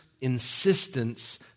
insistence